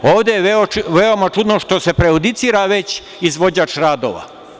Ovde je veoma čudno što se prejudicira, već izvođač radova.